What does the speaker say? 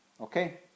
Okay